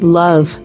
love